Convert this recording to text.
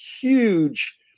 huge